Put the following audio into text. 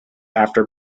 after